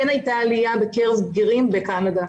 כן הייתה עליה בקרב בגירים בקנדה.